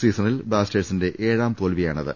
സീസണിൽ ബ്ലാസ്റ്റേഴ്സിന്റെ ഏഴാം തോൽവിയാണിത്